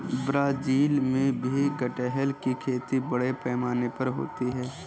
Brazil में भी कटहल की खेती बड़े पैमाने पर होती है